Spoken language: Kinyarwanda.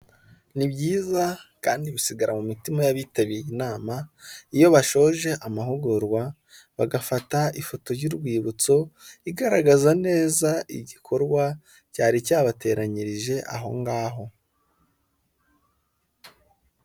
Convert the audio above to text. Ni byiza kandi bisigara mu mitima y'abitabiriye inama, iyo bashoje amahugurwa bagafata ifoto y'urwibutso, igaragaza neza igikorwa cyari cyabateranyirije aho ngaho.